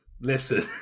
Listen